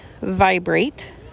vibrate